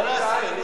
בעד,